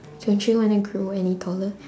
don't you wanna grow any taller